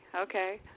okay